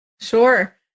Sure